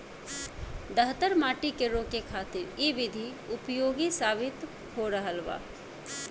दहतर माटी के रोके खातिर इ विधि उपयोगी साबित हो रहल बा